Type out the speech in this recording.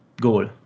goal